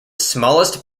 smallest